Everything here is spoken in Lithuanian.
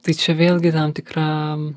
tai čia vėlgi tam tikra